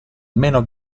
meno